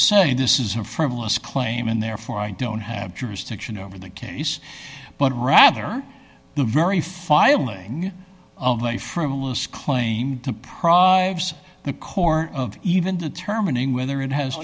say this is a frivolous claim and therefore i don't have jurisdiction over the case but rather the very filing of a frivolous claim deprives the court of even determining whether it has